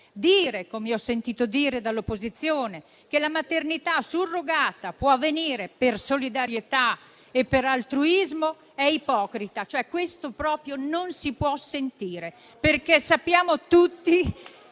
dire, come ho sentito dire dall'opposizione, che la maternità surrogata può avvenire per solidarietà e per altruismo è ipocrita. Questo proprio non si può sentire, perché sappiamo tutti